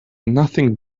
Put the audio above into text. nothing